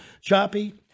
choppy